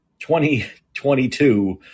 2022